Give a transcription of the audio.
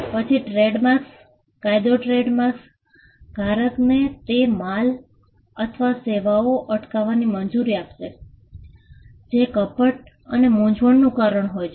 પછી ટ્રેડમાર્ક કાયદો ટ્રેડમાર્ક ધારકને તે માલ અથવા સેવાઓ અટકાવવાની મંજૂરી આપશે જે કપટ અથવા મૂંઝવણનું કારણ હોય છે